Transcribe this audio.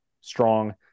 strong